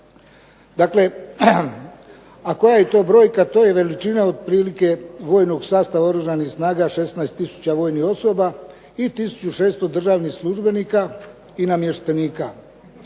Dakle, a koja je to brojka? To je veličina otprilike vojnog sastava Oružanih snaga 16000 vojnih osoba i 1600 državnih službenika i namještenika.